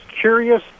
curious